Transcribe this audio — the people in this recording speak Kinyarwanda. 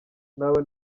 ntawe